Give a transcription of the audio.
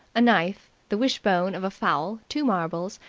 a knife, the wishbone of a fowl, two marbles,